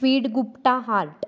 Kwid Gupta heart